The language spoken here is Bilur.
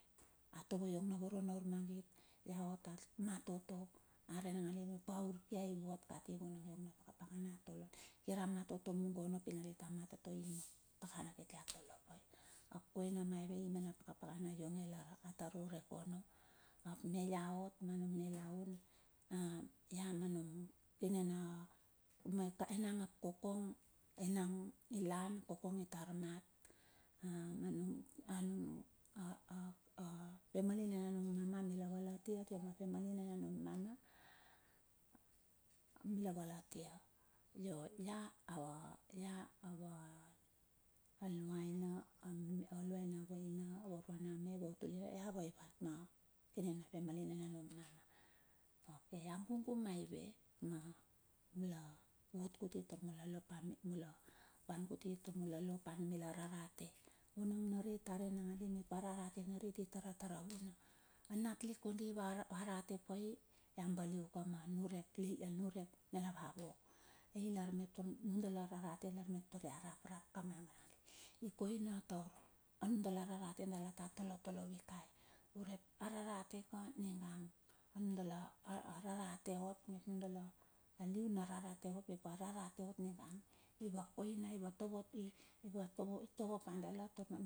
A tovo iong navoro na ur magit, laota matoto, arei nangandi mep aurkia ivot kati vuna iong pakapakana kira matoto mungo ono, pina narit a matoto ono. A pakana kiti atole pai. Ap koina maive i mena pakapakana ionge lar atar urek ono ap me iaot, manung nilaun la mannung kine enang ap kokong enang ilan, kokong itar mat a a family nina nung mama mila va latia atia ma family nina nung mama mila va latia. io ia ava aluaina na a vaina vauruana a me avautulana me la vavatine ma kine na family nina nung mama, okay ia gugu maive ma mula vot kuti mula van kuti tar mula lopa anumila rarate, vunang narit are nangandi mep ararate narit itaratar vuna. Anatlik kondi va rate pai ia baliuka ma niurek aniurek nina vavok, lai lar nundala rarate ilar mep ia raprap kamaga nandi, ikoina taur anundala rarate dala ta toletole vikei, urep ararate ka ninga, anundala rarate ot mep a nundala liu na rarate ot ararate ot iwa koina, itovo pa dala.